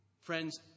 Friends